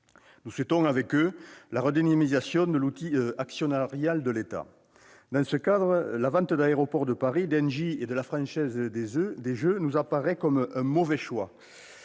Nous souhaitons, avec eux, la redynamisation de l'outil actionnarial de l'État. Dans ce cadre, la vente d'Aéroports de Paris, d'Engie et de la Française des jeux nous paraît un mauvais choix,